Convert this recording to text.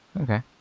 Okay